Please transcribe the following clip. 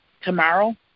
tomorrow